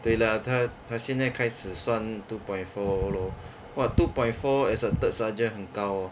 对 lah 他他现在开始算 two point four lor !wah! two point four as a third sergeant 很高 hor